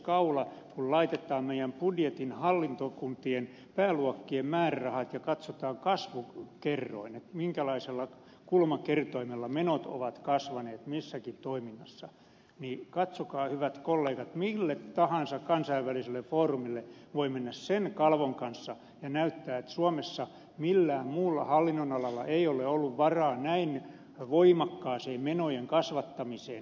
kun laitetaan meidän budjettimme hallintokuntien pääluokkien määrärahat ja katsotaan kasvukerroin minkälaisella kulmakertoimella menot ovat kasvaneet missäkin toiminnassa niin katsokaa hyvät kollegat mille tahansa kansainväliselle foorumille voi mennä sen kalvon kanssa ja näyttää että suomessa millään muulla hallinnonalalla ei ole ollut varaa näin voimakkaaseen menojen kasvattamiseen